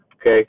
Okay